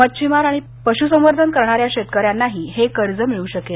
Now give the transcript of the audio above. मच्छिमार आणि पशुसंवर्धन करणाऱ्या शेतकऱ्यांनाही हे कर्ज मिळू शकेल